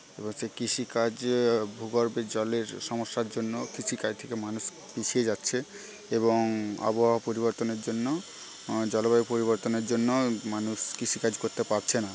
এবার সেই কৃষিকাজ ভূগর্ভে জলের সমস্যার জন্য কৃষিকাজ থেকে মানুষ পিছিয়ে যাচ্ছে এবং আবহাওয়া পরিবর্তনের জন্য জলবায়ু পরিবর্তনের জন্য মানুষ কৃষিকাজ করতে পারছে না